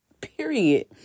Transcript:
period